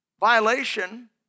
Violation